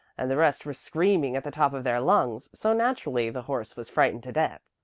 and the rest were screaming at the top of their lungs, so naturally the horse was frightened to death.